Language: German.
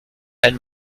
ein